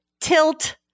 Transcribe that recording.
tilt